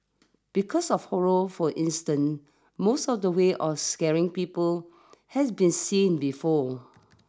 because of horror for instance most of the ways of scaring people has been seen before